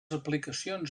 aplicacions